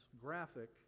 graphic